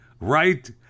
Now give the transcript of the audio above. right